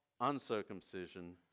uncircumcision